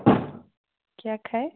केह् आक्खा दे